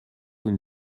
une